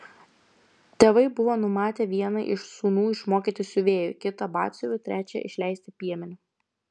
tėvai buvo numatę vieną iš sūnų išmokyti siuvėju kitą batsiuviu trečią išleisti piemeniu